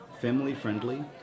family-friendly